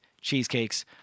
cheesecakes